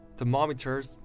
Thermometers